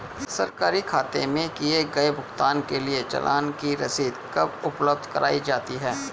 सरकारी खाते में किए गए भुगतान के लिए चालान की रसीद कब उपलब्ध कराईं जाती हैं?